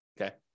okay